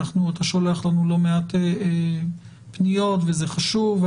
אתה שולח לנו לא מעט פניות וזה חשוב,